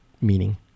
meaning